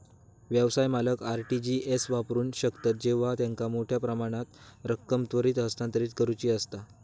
व्यवसाय मालक RTG S वापरू शकतत जेव्हा त्यांका मोठ्यो प्रमाणात रक्कम त्वरित हस्तांतरित करुची असता